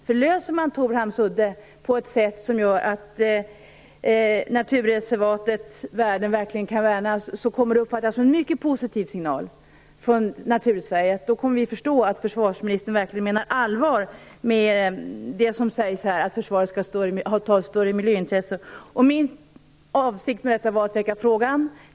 Löser man frågan om Torhamns udde på ett sätt som gör att naturreservatets värden verkligen kan värnas kommer det att uppfattas som en mycket positiv signal för Natursverige. Då kommer vi att förstå att försvarsministern verkligen menar allvar med det som här sägs om att försvaret skall ta större miljöhänsyn. Min avsikt var att väcka frågan.